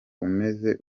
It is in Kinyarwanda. umeze